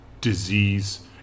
disease